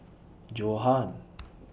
Johan